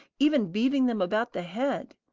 even beating them about the head.